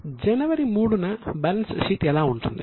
జనవరి 3 న balance sheet ఎలా ఉంటుంది